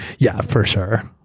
yeah for sure.